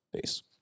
Peace